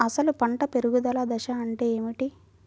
అసలు పంట పెరుగుదల దశ అంటే ఏమిటి?